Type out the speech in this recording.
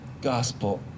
gospel